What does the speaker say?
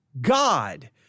God